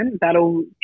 that'll